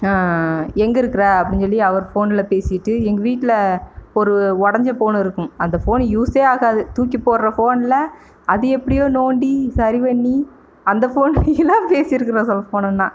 எங்கே இருக்கிற அப்படின்னு சொல்லி அவர் ஃபோனில் பேசிவிட்டு எங்கள் வீட்டில் ஒரு உடஞ்ச ஃபோன் இருக்குங்க அந்த ஃபோன் யூஸே ஆகாது தூக்கிப் போடுகிற ஃபோனில் அது எப்படியோ நோண்டி சரிபண்ணி அந்த ஃபோன்லேலாம் பேசியிருக்குறோம் சொல்லப் போனோங்கனால்